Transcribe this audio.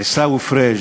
עיסאווי פריג',